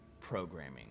programming